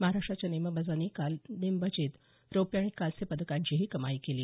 महाराष्ट्राच्या नेमबाजांनी काल नेमबाजीत रौप्य आणि कांस्य पदकाचीही कमाई केली